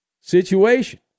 situation